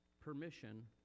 permission